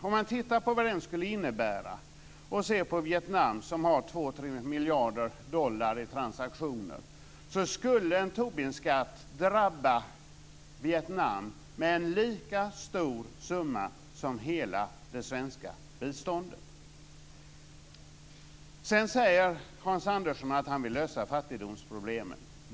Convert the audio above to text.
Om man tittar på vad den skulle innebära för t.ex. Vietnam, som har 2-3 miljarder dollar i transaktioner, finner man att en Tobinskatt skulle drabba Vietnam med en lika stor summa som hela det svenska biståndet. Sedan säger Hans Andersson att han vill lösa fattigdomsproblemen.